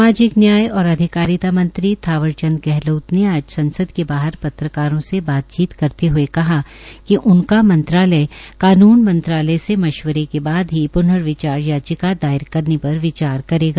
सामाजिक न्याय और अधिकारिता मंत्री थावर चंद गहलोत ने आज संसद के बाहर पत्रकारों से बातचीत करते हुए कहा कि उनका मंत्रालय कानून से मशवरे के बाद पूर्न विचार याचिका दायर करने पर विचार करेगा